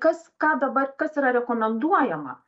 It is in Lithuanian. kas ką dabar kas yra rekomenduojama